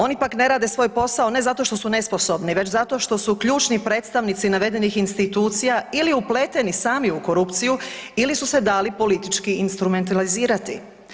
Oni pak ne rade svoj posao ne zato što su nesposobni već zato što su ključni predstavnici navedenih institucija ili upleteni sami u korupciju ili su se dali politički instrumentalizirati.